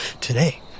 Today